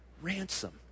Ransom